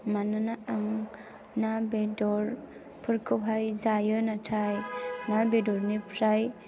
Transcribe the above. मानोना आं ना बेदरफोरखौहाय जायो नाथाय ना बेदरनिफ्राय